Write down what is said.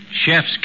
chef's